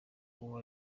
uwo